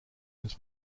its